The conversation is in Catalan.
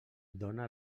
dóna